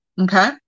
okay